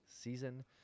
season